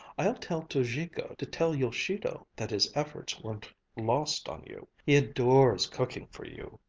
i'll tell tojiko to tell yoshido that his efforts weren't lost on you. he adores cooking for you.